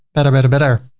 better, better, better.